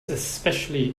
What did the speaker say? especially